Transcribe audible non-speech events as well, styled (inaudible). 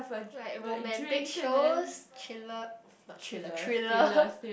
like romantic shows killer not killer thriller (laughs)